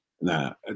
Now